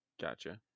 Gotcha